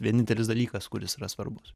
vienintelis dalykas kuris yra svarbus